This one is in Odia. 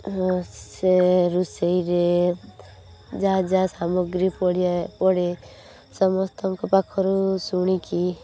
ହଁ ସେ ରୋଷେଇରେ ଯାହା ଯାହା ସାମଗ୍ରୀ ପଡ଼ିବା ପଡ଼େ ସମସ୍ତଙ୍କ ପାଖରୁ ଶୁଣିକି